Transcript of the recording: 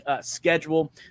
schedule